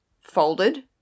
folded